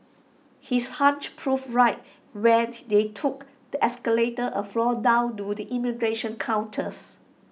his hunch proved right when they took the escalators A floor down to the immigration counters